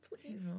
please